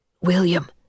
William